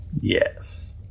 Yes